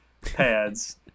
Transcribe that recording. pads